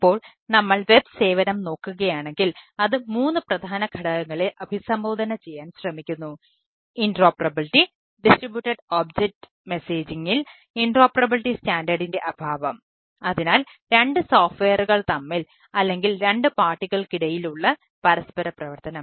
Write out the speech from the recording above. ഇപ്പോൾ നമ്മൾ വെബ് ഉള്ള പരസ്പരപ്രവർത്തനം